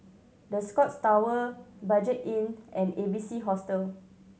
The Scotts Tower Budget Inn and A B C Hostel